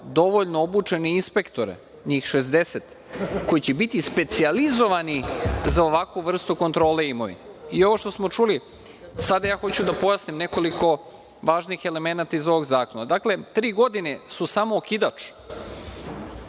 dovoljno obučene inspektore, njih 60, koji će biti specijalizovani za ovakvu vrstu kontrole imovine. Ovo što smo čuli, sada ja hoću da pojasnim nekoliko važnih elemenata iz ovog zakona. Dakle, tri godine su samo okidač.